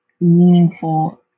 meaningful